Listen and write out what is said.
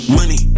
money